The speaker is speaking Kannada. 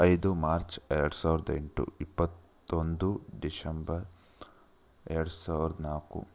ಐದು ಮಾರ್ಚ್ ಎರಡು ಸಾವಿರದ ಎಂಟು ಇಪ್ಪತ್ತೊಂದು ಡಿಶಂಬರ್ ಎರಡು ಸಾವಿರದ ನಾಲ್ಕು